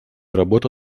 работа